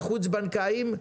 אבל גם אצל הבנקים קורה.